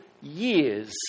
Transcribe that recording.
years